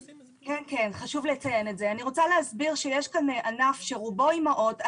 יש פה ענף שרוב העוסקות בו הן אימהות.